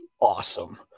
awesome